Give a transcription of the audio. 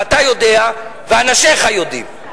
ואתה יודע, ואנשיך יודעים.